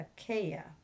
Achaia